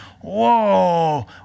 Whoa